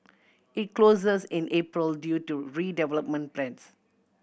it closes in April due to redevelopment plans